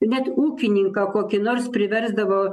net ūkininką kokį nors priversdavo